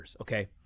okay